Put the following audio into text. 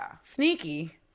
sneaky